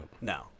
No